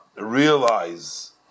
realize